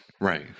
right